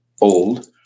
old